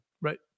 Right